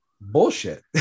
bullshit